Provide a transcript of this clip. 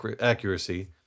accuracy